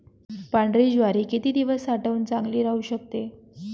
पांढरी ज्वारी किती दिवस साठवून चांगली राहू शकते?